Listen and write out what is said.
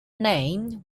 name